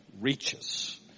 reaches